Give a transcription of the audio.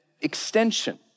Extension